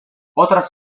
otras